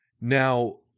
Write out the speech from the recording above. Now